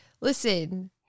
Listen